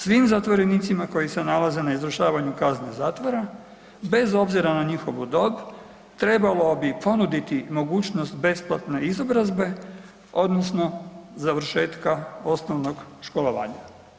Svim zatvorenicima koji se nalaze na izvršavanju kazne zatvora, bez obzira na njihovu dob trebalo bi ponuditi mogućnost besplatne izobrazbe odnosno završetka osnovnog školovanja.